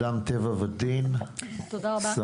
סמנכ"לית אדם טבע ודין, בבקשה.